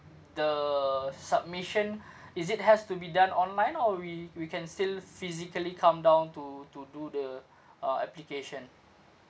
the submission is it has to be done online or we we can still physically come down to to do the uh application